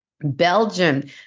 Belgium